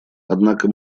однако